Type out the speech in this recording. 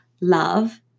love